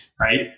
right